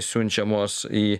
siunčiamos į